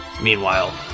Meanwhile